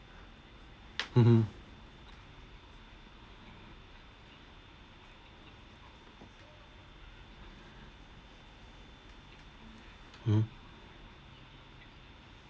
mmhmm mm